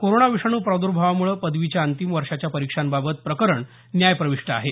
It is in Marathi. कोरोना विषाणू प्रादर्भावामुळे पदवीच्या अंतिम वर्षाच्या परीक्षांबाबत प्रकरण न्यायप्रविष्ट आहे